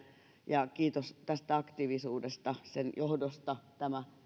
ja kiitos tästä aktiivisuudesta sen johdosta tämä